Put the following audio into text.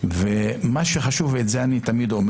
מה שחשוב, ואת זה אני תמיד אומר